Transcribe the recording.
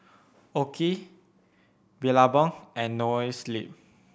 OKI Billabong and Noa Sleep